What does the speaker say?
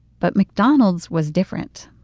but mcdonald's was different.